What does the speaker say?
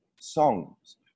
songs